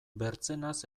bertzenaz